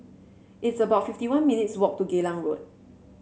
it's about fifty one minutes' walk to Geylang Road